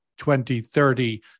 2030